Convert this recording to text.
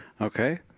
Okay